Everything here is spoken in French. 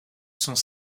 sont